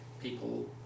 people